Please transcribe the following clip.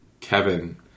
Kevin